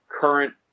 current